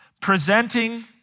presenting